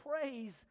praise